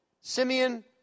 Simeon